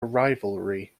rivalry